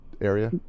area